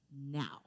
now